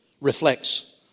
reflects